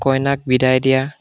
কইনাক বিদায় দিয়া